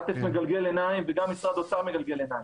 עאטף מגלגל עיניים וגם משרד האוצר מגלגל עיניים.